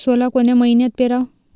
सोला कोन्या मइन्यात पेराव?